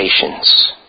patience